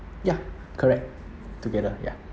ya correct together ya